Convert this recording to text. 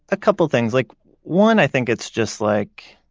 a couple things. like one, i think it's just like,